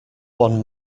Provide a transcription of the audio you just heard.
one